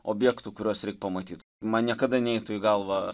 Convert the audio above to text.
objektų kuriuos reik pamatyt man niekada neitų į galvą